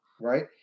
right